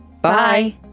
Bye